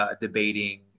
debating